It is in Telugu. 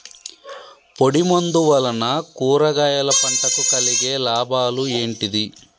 పొడిమందు వలన కూరగాయల పంటకు కలిగే లాభాలు ఏంటిది?